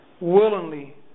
willingly